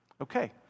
okay